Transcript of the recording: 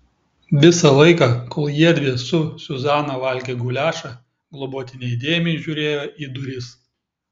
visą laiką kol jiedvi su zuzana valgė guliašą globotinė įdėmiai žiūrėjo į duris